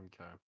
Okay